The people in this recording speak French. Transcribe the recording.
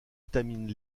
étamines